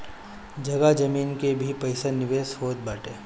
जगह जमीन में भी पईसा निवेश होत बाटे